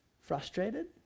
frustrated